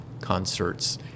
concerts